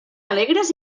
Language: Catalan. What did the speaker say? alegres